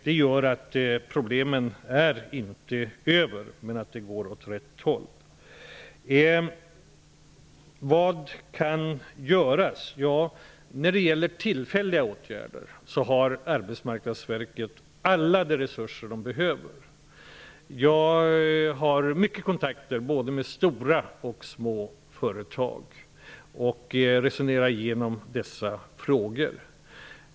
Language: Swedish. Det gör att problemen inte är över, men utvecklingen går åt rätt håll. Vad kan göras? När det gäller tillfälliga åtgärder kan jag säga att Arbetsmarknadsverket har alla de resurser det behöver. Jag har mycket kontakter med både stora och små företag och resonerar igenom dessa frågor.